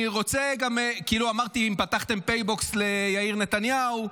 אמרתי אם פתחתם פייבוקס ליאיר נתניהו,